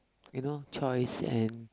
you know choice and